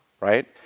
right